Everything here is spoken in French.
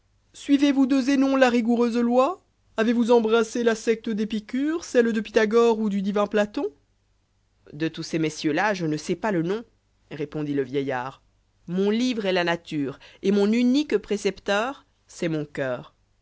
suivez vous de zenon la rigoureuse loi j avez-vous embrassé la secte d'épicure celle de pythagore ou du divin platon de tous ces messieurs-là je né sais pas le nom répondit le vieillard mon livre est la nature et mon unique précepteur c'est mon coeur